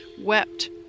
wept